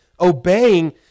obeying